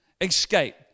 Escape